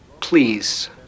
please